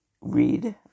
read